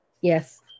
Yes